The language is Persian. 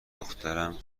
دخترم